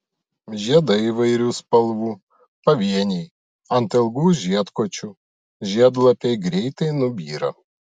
žiedai įvairių spalvų pavieniai ant ilgų žiedkočių žiedlapiai greitai nubyra